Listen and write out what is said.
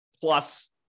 plus